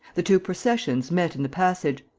the two processions met in the passage.